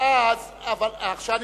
אני שואל: